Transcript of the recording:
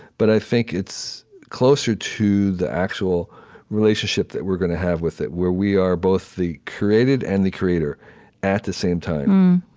but i think it's closer to the actual relationship that we're gonna have with it, where we are both the created and the creator at the same time